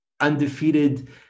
undefeated